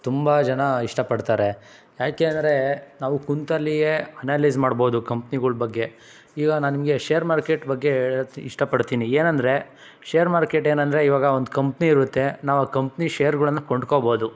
ತುಂಬ ಜನ ಇಷ್ಟ ಪಡ್ತಾರೆ ಯಾಕೆ ಅಂದರೆ ನಾವು ಕೂತಲ್ಲಿಯೇ ಅನಲಿಜ್ ಮಾಡ್ಬೋದು ಕಂಪ್ನಿಗಳು ಬಗ್ಗೆ ಈಗ ನಾನು ನಿಮಗೆ ಶೇರ್ ಮಾರ್ಕೆಟ್ ಬಗ್ಗೆ ಹೇಳಕ್ ಇಷ್ಟ ಪಡ್ತೀನಿ ಏನಂದರೆ ಶೇರ್ ಮಾರ್ಕೆಟ್ ಏನಂದರೆ ಇವಾಗ ಒಂದು ಕಂಪ್ನಿ ಇರುತ್ತೆ ನಾವು ಆ ಕಂಪ್ನಿ ಶೇರುಗಳ್ನ ಕೊಂಡ್ಕೋಬೋದು